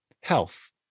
health